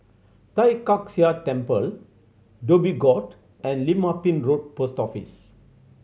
Tai Kak Seah Temple Dhoby Ghaut and Lim Ah Pin Road Post Office